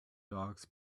dogs